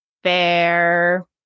Fair